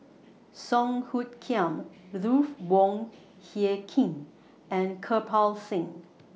Song Hoot Kiam Ruth Wong Hie King and Kirpal Singh